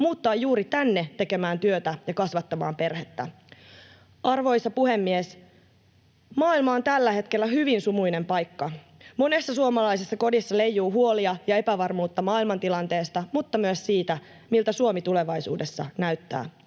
muuttaa juuri tänne tekemään työtä ja kasvattamaan perhettä. Arvoisa puhemies! Maailma on tällä hetkellä hyvin sumuinen paikka. Monessa suomalaisessa kodissa leijuu huolia ja epävarmuutta maailmantilanteesta mutta myös siitä, miltä Suomi tulevaisuudessa näyttää.